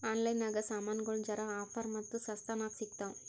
online ನಾಗ್ ಸಾಮಾನ್ಗೊಳ್ ಜರಾ ಆಫರ್ ಮತ್ತ ಸಸ್ತಾ ನಾಗ್ ಸಿಗ್ತಾವ್